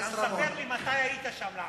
תספר לי מתי היית שם לאחרונה.